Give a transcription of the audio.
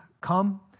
come